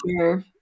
sure